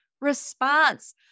response